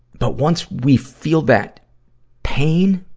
but once we feel that pain,